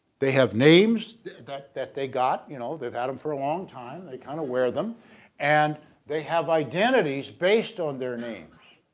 they have names that that they got you know they've had them for a long time. they kind of wear them and they have identities based on their names